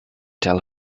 tell